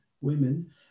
women